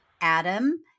Adam